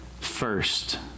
first